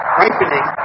ripening